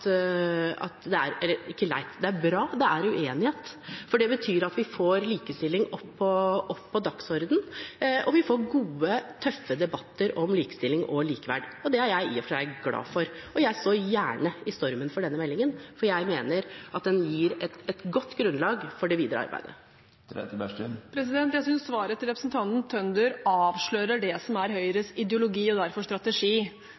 det er bra at det er uenighet, for det betyr at vi får likestilling på dagsordenen, og vi får gode, tøffe debatter om likestilling og likeverd. Det er jeg i og for seg glad for, og jeg står gjerne i stormen for denne meldingen, for jeg mener at den gir et godt grunnlag for det videre arbeidet. Jeg synes svaret til representanten Tønder avslører det som er Høyres ideologi og derfor strategi.